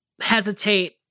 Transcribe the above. hesitate